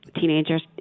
teenagers